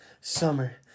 Summer